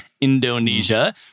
Indonesia